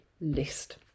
list